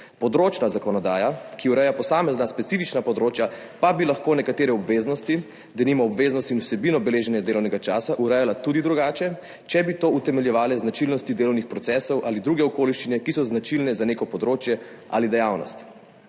Področna zakonodaja, ki ureja posamezna specifična področja, pa bi lahko nekatere obveznosti, denimo obveznosti in vsebino beleženja delovnega časa, urejala tudi drugače, če bi to utemeljevale značilnosti delovnih procesov ali druge okoliščine, ki so značilne za neko področje ali dejavnost.